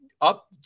up